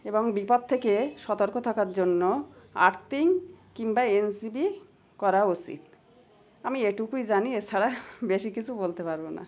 এবং বিপদ থেকে সতর্ক থাকার জন্য আর্থিং কিংবা এনসিবি করা উচিত আমি এটুকুই জানি এছাড়া বেশি কিছু বলতে পারবো না